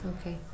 Okay